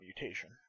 mutation